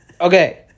Okay